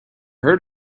heard